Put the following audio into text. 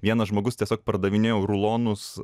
vienas žmogus tiesiog pardavinėjo rulonus